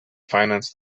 finance